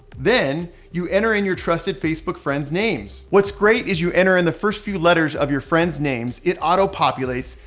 then you enter in your trusted facebook friends' names. what's great is you enter in the first few letters of your friends' names, it auto populates,